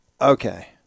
Okay